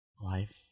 life